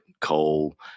coal